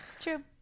true